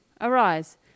Arise